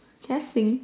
can I sing